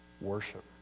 Worship